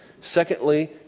Secondly